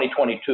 2022